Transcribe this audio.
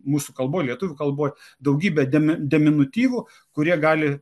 mūsų kalboj lietuvių kalboj daugybė demi deminutyvų kurie gali